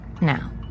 Now